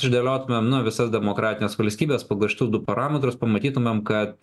išdėliotumėm nu visas demokratines valstybes pagal šitu du parametrus pamatytumėm kad